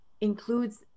includes